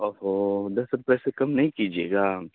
اوہو دس روپئے سے کم نہیں کیجیے گا